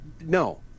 no